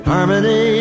Harmony